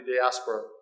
diaspora